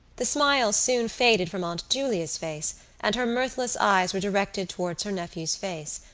the smile soon faded from aunt julia's face and her mirthless eyes were directed towards her nephew's face.